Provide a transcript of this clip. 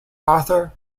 arthur